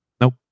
nope